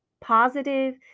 positive